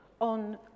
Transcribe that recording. on